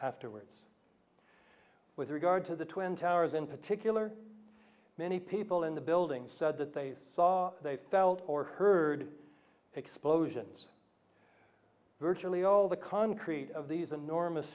afterwards with regard to the twin towers in particular many people in the building said that they saw they felt or heard explosions virtually all the concrete of these enormous